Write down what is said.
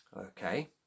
Okay